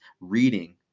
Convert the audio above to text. reading